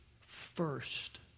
first